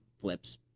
flips